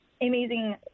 amazing